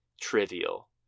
trivial